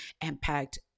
impact